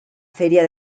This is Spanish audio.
feria